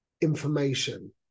information